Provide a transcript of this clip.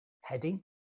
heading